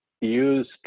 use